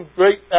great